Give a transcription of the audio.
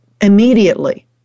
immediately